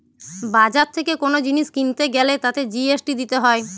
বাজার থেকে কোন জিনিস কিনতে গ্যালে তাতে জি.এস.টি দিতে হয়